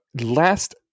last